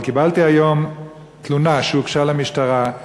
אבל קיבלתי היום תלונה שהוגשה למשטרה,